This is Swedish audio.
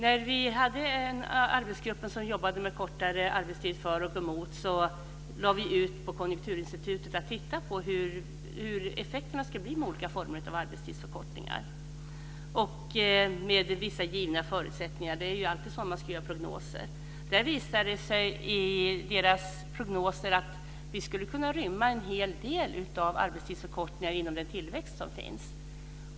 Fru talman! I samband med den arbetsgrupp som jobbade med frågan om för och mot kortare arbetstid lade vi ut på Konjunkturinstitutet att titta närmare på effekterna av olika former av arbetstidsförkortningar, under vissa givna förutsättningar. Så är det ju alltid när man ska göra prognoser. Av Konjunkturinstitutets prognoser framgick att vi skulle kunna rymma en hel del arbetstidsförkortning inom den tillväxt som finns.